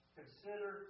consider